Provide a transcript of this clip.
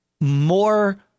more